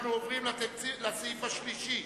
אנחנו עוברים לסעיף השלישי,